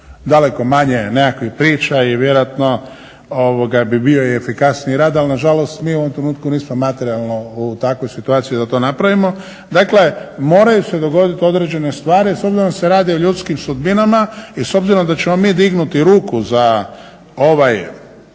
daleko manje nekakvih priča i vjerojatno bi bio i efikasniji rad, ali na žalost mi u ovom trenutku nismo materijalno u takvoj situaciji da to napravimo. Dakle, moraju se dogoditi određene stvari. A s obzirom da se radi o ljudskim sudbinama i s obzirom da ćemo mi dignuti ruku za ovaj